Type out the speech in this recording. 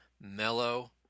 mellow